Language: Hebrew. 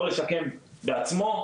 או לשקם בעצמו,